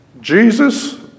Jesus